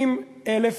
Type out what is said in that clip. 70,000 ילדים,